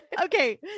Okay